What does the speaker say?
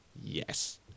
Yes